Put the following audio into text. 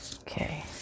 Okay